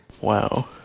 Wow